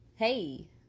Hey